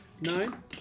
Nine